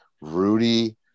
Rudy